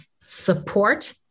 support